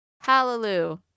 Hallelujah